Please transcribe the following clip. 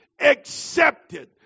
accepted